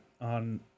on